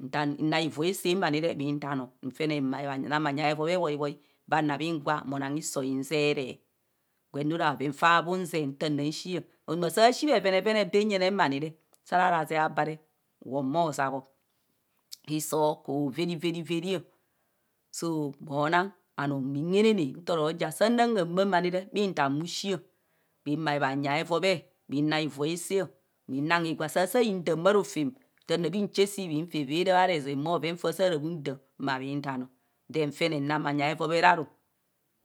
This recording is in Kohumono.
Nda naa ivi asee mani re bhitaan o nfene nang bhanyi aerobee bhaebhai ba na bhi gwa mo nang hiso hinzeeree gwenne ara bhoven faa bhuzee nta ran shio. Ozama saa shi bhevenevene baan jen mani saa rara zee abare bhuwong bha zabho hiso hoku veriveriveri o zo monang anum bhi haanana nto ja saa nang haa mama anire bhuntaa bhushio bhin gwa bhanyi aevobee bhinang ivi aesaa bhin nang higwa saa sạạ inaam bha rofom nta na bhi chasi mfi evere bho ara ezen bho bhoven faa saa unonoo, so eja je taa ija ivivi ora eja aothere abhazio o thera roro nu etoma je kahakaha, atheroro onoo bhoven aobee ha naa, oro itune aobee hatum avva osomesaneo vaa onoo aisoo agwo bhara zeebho and saa nani onyi mma gwo ara ete aguo otom o gwenne mora eja jee taa ije evivivi onang anu hesaree etoma agwo saa nyi mma gwo ara ete agwa otom ara mma gwo bha ramaadon obhazio ara mma gwo onoo gwa